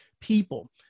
people